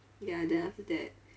ya then after that